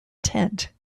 tent